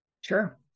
Sure